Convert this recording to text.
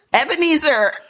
Ebenezer